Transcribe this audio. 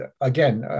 Again